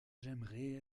j’aimerais